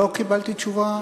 לא קיבלתי תשובה.